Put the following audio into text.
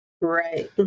Right